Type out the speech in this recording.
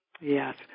Yes